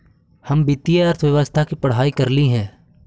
हम वित्तीय अर्थशास्त्र की पढ़ाई करली हे